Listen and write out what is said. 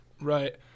Right